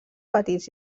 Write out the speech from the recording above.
petits